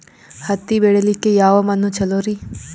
ಹತ್ತಿ ಬೆಳಿಲಿಕ್ಕೆ ಯಾವ ಮಣ್ಣು ಚಲೋರಿ?